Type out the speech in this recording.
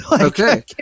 okay